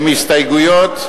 הן הסתייגויות,